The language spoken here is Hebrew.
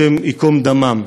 השם ייקום דמם.